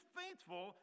faithful